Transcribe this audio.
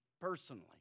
personally